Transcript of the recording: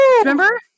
Remember